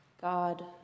God